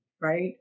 right